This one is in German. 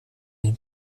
den